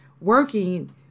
working